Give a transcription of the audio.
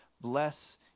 Bless